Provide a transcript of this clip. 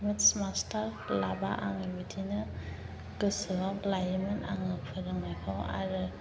maths master लाबा आङो बिदिनो गोसोआव लायोमोन आङो फोरोंनायखौ आरो